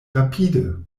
rapide